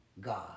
God